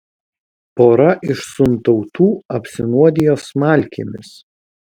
pora iš suntautų apsinuodijo smalkėmis